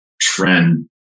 trend